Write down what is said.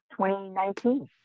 2019